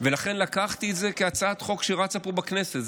ולכן לקחתי את זה כהצעת חוק שרצה פה בכנסת.